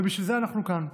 ובשביל זה אנחנו כאן.